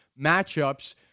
matchups